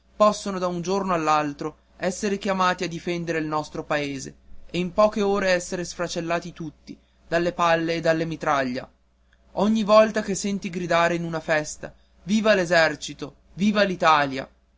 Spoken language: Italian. possono da un giorno all'altro esser chiamati a difendere il nostro paese e in poche ore cader sfracellati tutti dalle palle e dalla mitraglia ogni volta che senti gridare in una festa viva l'esercito viva